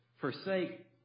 forsake